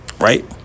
Right